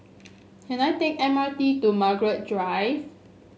can I take M R T to Margaret Drive